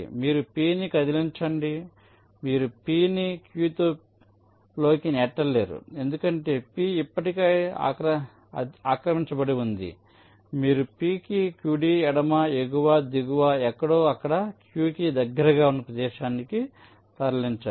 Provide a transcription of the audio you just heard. మీరు p ని కదిలించండి మీరు p ని q లోకి పెట్టలేరు ఎందుకంటే p ఇప్పటికే ఆక్రమించబడి ఉంది మీరు p కి కుడి ఎడమ ఎగువ దిగువ ఎక్కడో అక్కడ q కి దగ్గరగా ఉన్న ప్రదేశానికి తరలించండి